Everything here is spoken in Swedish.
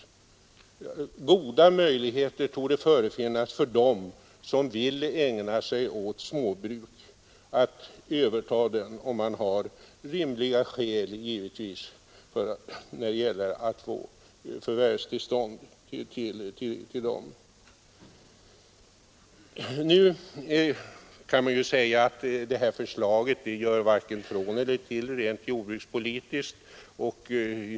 Goda möjligheter torde finnas för dem som vill ägna sig åt småbruk att överta sådana — givetvis om man kan anföra rimliga skäl för att få förvärvstillstånd. Nu kan man ju säga att det här förslaget varken gör från eller till rent jordbrukspolitiskt.